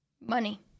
Money